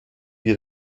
wir